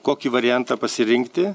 kokį variantą pasirinkti